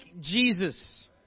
Jesus